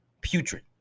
putrid